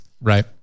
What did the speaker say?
Right